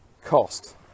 cost